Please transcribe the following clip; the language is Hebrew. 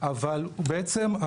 אבל אנחנו צריכים לזכור שבעצם,